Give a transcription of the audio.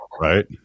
right